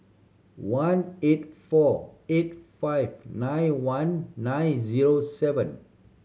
one eight four eight five nine one nine zero seven